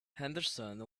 henderson